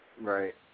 Right